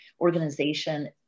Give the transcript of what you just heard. organization